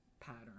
pattern